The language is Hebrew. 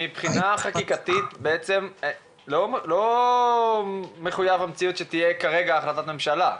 מבחינה חקיקתית לא מחויב במציאות שתהיה כרגע החלטת ממשלה,